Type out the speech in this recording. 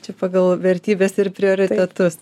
čia pagal vertybes ir prioritetus